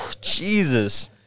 jesus